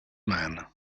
man